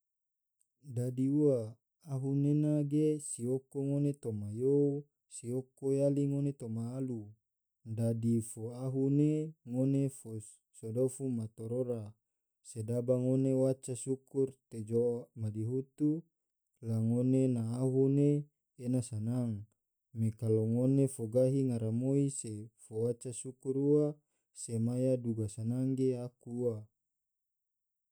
Dadi ua ahu nena ge siyoko ngone tomayou siyoko yali ngone toma alu dadi fo ahu ne ngone fo sodofu ma torora sedaba ngone waca syukur te jou madihutu la ngone na ahu ne ena sanang me kalu ngone na gahi ngaramoi ge fo waca syukur ua se maya duga sanang ge aku ua.